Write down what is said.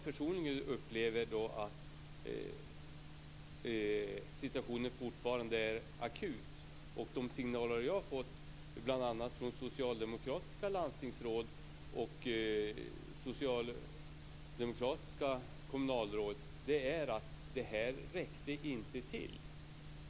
Personligen upplever jag att situationen fortfarande är akut. De signaler som jag har fått, bl.a. från socialdemokratiska landstingsråd och kommunalråd, är att det här inte räckt.